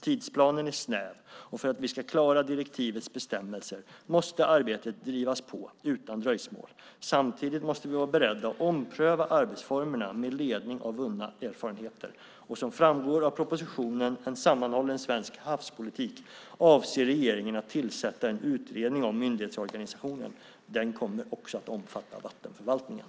Tidsplanen är snäv. För att vi ska klara direktivets bestämmelser måste arbetet drivas på utan dröjsmål. Samtidigt måste vi vara beredda att ompröva arbetsformerna med ledning av vunna erfarenheter. Som framgår av propositionen En sammanhållen svensk havspolitik avser regeringen att tillsätta en utredning om myndighetsorganisationen. Den kommer också att omfatta vattenförvaltningen.